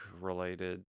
related